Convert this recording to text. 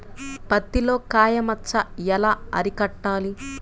పత్తిలో కాయ మచ్చ ఎలా అరికట్టాలి?